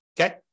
okay